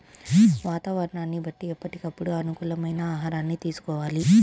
వాతావరణాన్ని బట్టి ఎప్పటికప్పుడు అనుకూలమైన ఆహారాన్ని తీసుకోవాలి